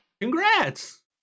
Congrats